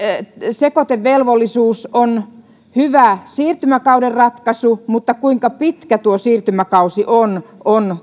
sekoitevelvollisuus on hyvä siirtymäkauden ratkaisu mutta on tarpeen miettiä kuinka pitkä tuo siirtymäkausi on on